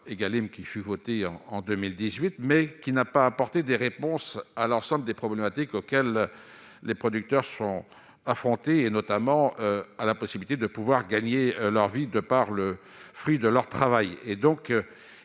qui fut votée en en 2018, mais qui n'a pas apporté des réponses à l'ensemble des problématiques auxquelles les producteurs se sont affrontés, et notamment à la possibilité de pouvoir gagner leur vie, de par le fruit de leur travail